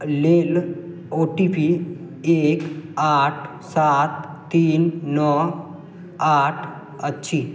लेल O T P एक आठ सात तीन नओ आठ अछि